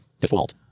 default